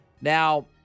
Now